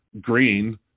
green